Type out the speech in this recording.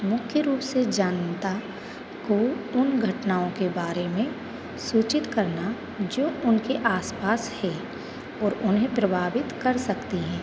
मुख्य रूप से जानता को उन घटनाओं के बारे में सूचित करना जो उनके आस पास है और उन्हें प्रभावित कर सकती हैं